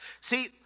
See